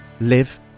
live